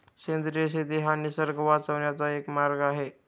सेंद्रिय शेती हा निसर्ग वाचवण्याचा एक मार्ग आहे